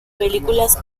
películas